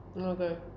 Okay